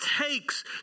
takes